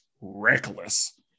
reckless